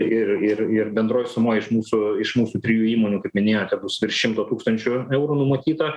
ir ir ir bendroj sumoj iš mūsų iš mūsų trijų įmonių kaip minėjote bus virš šimto tūkstančių eurų numatyta